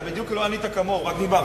אתה בדיוק לא ענית, כמוהו, רק דיברת.